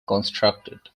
constructed